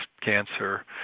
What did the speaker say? cancer